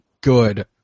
good